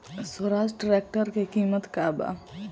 Swaraj tractor के किमत का बा?